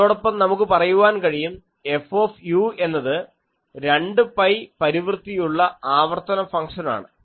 അതോടൊപ്പം നമുക്ക് പറയാൻ കഴിയും F എന്നത് 2 പൈ പരിവൃത്തിയുള്ള ആവർത്തന ഫംങ്ഷനാണ്